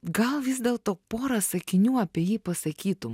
gal vis dėlto porą sakinių apie jį pasakytum